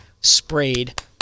sprayed